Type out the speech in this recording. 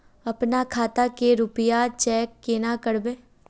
अपना खाता के रुपया चेक केना करबे?